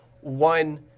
one